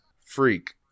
Freak